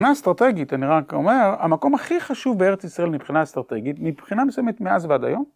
מבחינה אסטרטגית אני רק אומר, המקום הכי חשוב בארץ ישראל מבחינה אסטרטגית, מבחינה מסוימת מאז ועד היום.